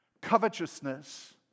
Covetousness